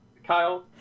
Kyle